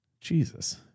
Jesus